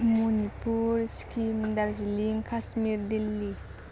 Manipur Sikkim Darjeeling Kashmir Delhi